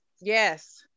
Yes